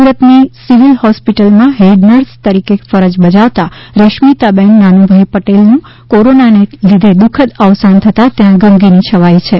સુરતની સિવિલ હોસ્પિટલમાં head nurse તરીકે ફરજ બજાવતા રસમીતાબેન નાનુભાઈ પટેલનું કોરોનાને લીધે દુખદ અવસાન થતાં ત્યાં ગમગીની છવાઈ છે